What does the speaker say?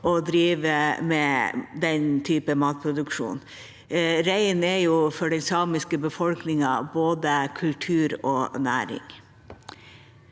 å drive med den typen matproduksjon. Reinen er jo for den samiske befolkningen både kultur og næring.